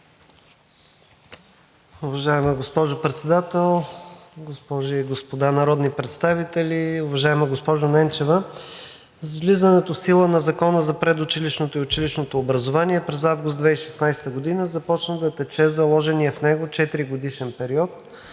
Уважаема госпожо Председател, госпожи и господа народни представители! Уважаема госпожо Ненчева, с влизането в сила на Закона за предучилищното и училищното образование през месец август 2016 г. започна да тече заложеният в него четиригодишен период,